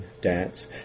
dance